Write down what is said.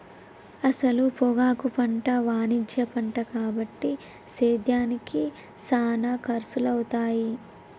అసల పొగాకు పంట వాణిజ్య పంట కాబట్టి సేద్యానికి సానా ఖర్సులవుతాయి